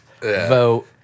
vote